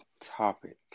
topic